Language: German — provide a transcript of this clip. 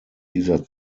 dieser